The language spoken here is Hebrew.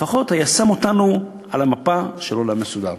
לפחות תשים אותנו על המפה של עולם מסודר.